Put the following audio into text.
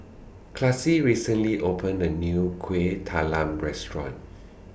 Classie recently opened A New Kueh Talam Restaurant